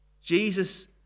Jesus